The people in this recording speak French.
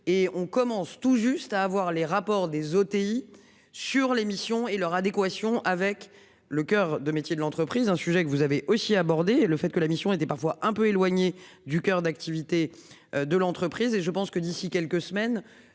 et on commence tout juste à avoir les rapports des OTI sur l'émission et leur adéquation avec le coeur de métier de l'entreprise. Un sujet que vous avez aussi abordé le fait que la mission était parfois un peu éloigné du coeur d'activité de l'entreprise et je pense que d'ici quelques semaines.